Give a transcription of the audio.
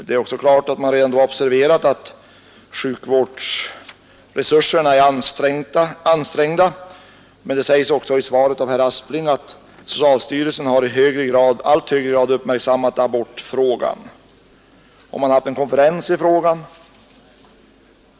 Det var klart att man redan hade observerat att sjukvårdsresurserna är ansträngda, och socialministern sade också i svaret att socialstyrelsen i allt högre grad har uppmärksammat abortfrågan. Man hade haft en konferens i frågan.